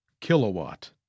Kilowatt